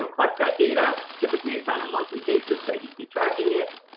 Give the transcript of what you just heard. ah collect that data. typically, it's on a monthly basis that you'd be tracking it.